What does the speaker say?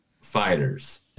Fighters